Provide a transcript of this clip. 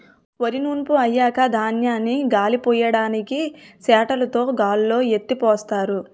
వరి నూర్పు అయ్యాక ధాన్యాన్ని గాలిపొయ్యడానికి చేటలుతో గాల్లో ఎత్తిపోస్తారు